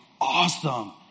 awesome